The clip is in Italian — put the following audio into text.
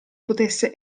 potesse